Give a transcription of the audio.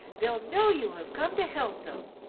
they'll know you have come to help them!